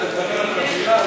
אבל אתה מדבר על חבילה,